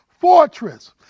fortress